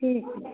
ठीक है